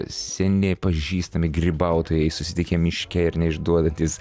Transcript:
seni pažįstami grybautojai susitikę miške ir neišduodantys